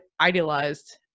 idealized